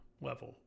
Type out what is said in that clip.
level